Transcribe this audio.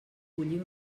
bullir